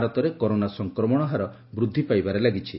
ଭାରତରେ କରୋନା ସଂକ୍ରମଣ ହାର ବୃଦ୍ଧି ପାଇବାରେ ଲାଗିଛି